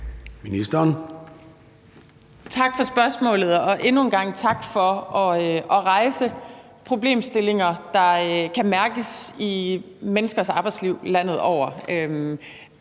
Tak for spørgsmålet, og endnu en gang tak for at rejse problemstillinger, der kan mærkes i menneskers arbejdsliv landet over.